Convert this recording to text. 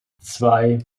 zwei